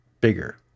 bigger